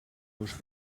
los